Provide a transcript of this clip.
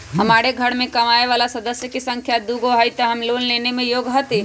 हमार घर मैं कमाए वाला सदस्य की संख्या दुगो हाई त हम लोन लेने में योग्य हती?